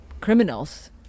criminals